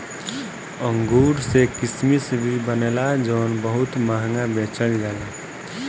अंगूर से किसमिश भी बनेला जवन बहुत महंगा बेचल जाला